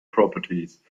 properties